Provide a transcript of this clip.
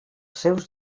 seus